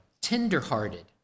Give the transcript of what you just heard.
tender-hearted